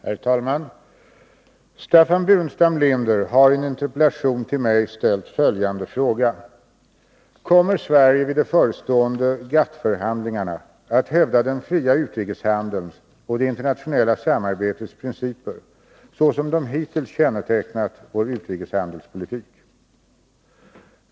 Herr talman! Staffan Burenstam Linder hari en interpellation till mig ställt följande fråga: Kommer Sverige vid de förestående GATT-förhandlingarna att hävda den fria utrikeshandelns och det internationella samarbetets principer så som de hittills kännetecknat vår utrikeshandelspolitik?